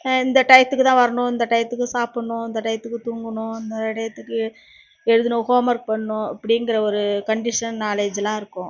இந்த டைத்துக்குதான் வரணும் இந்த டைத்துக்கு சாப்பிட்ணும் இந்த டைத்துக்கு தூங்குணும் இந்த டைத்துக்கு எழுதணும் ஹோம்ஒர்க் பண்ணணும் அப்படிங்கிற ஒரு கண்டீஷன் நாலேஜ்லாம் இருக்கும்